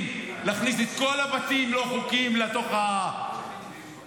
להכניס את כל הבתים הלא-חוקיים לתוך החוק.